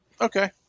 Okay